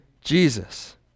Jesus